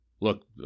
look